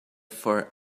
for